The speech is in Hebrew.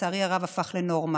ולצערי הרב הפך לנורמה.